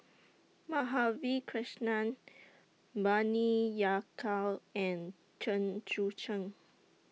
Madhavi Krishnan Bani Yakal and Chen Sucheng